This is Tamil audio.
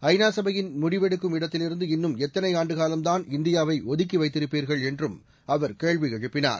ஐநா சபையின் முடிவெடுக்கும் இடத்திலிருந்து இன்னும் எத்தனை ஆண்டுகாலம் தான் இந்தியாவை ஒதுக்கி வைத்திருப்பீர்கள் என்றும் அவர் கேள்வி எழுப்பினார்